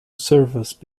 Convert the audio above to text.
service